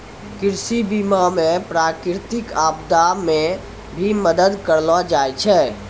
कृषि बीमा मे प्रकृतिक आपदा मे भी मदद करलो जाय छै